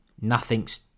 nothing's